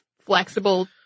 flexible